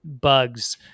bugs